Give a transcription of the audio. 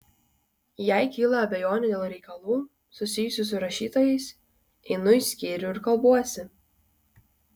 jei kyla abejonių dėl reikalų susijusių su rašytojais einu į skyrių ir kalbuosi